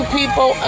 people